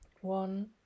One